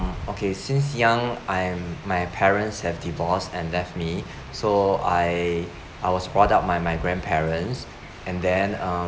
okay since young I'm my parents have divorced and left me so I I was brought up by my grandparents and then um